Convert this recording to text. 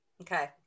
Okay